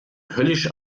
höllisch